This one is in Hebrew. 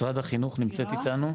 משרד החינוך נמצאת איתנו?